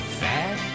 fat